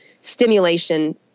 stimulation